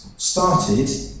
started